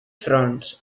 fronts